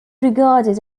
regarded